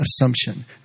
assumption